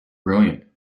brilliant